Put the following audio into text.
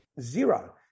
zero